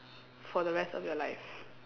for the rest of your life